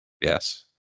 yes